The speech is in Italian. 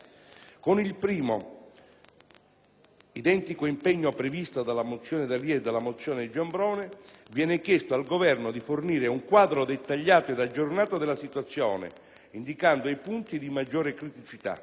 identico impegno previsto dalla mozione D'Alia e dalla mozione Giambrone, viene chiesto al Governo di fornire un quadro dettagliato ed aggiornato della situazione, indicando i punti di maggiore criticità. A tal proposito,